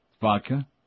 Vodka